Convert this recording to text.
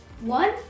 One